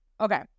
Okay